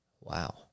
Wow